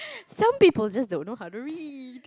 some people just don't know how to read